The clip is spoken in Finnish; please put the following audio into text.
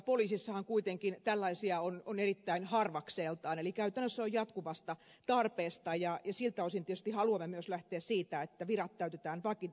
poliisissahan kuitenkin tällaisia on erittäin harvakseltaan eli käytännössä on jatkuvasta tarpeesta kyse ja siltä osin tietysti myös haluamme lähteä siitä että virat täytetään vakinaisesti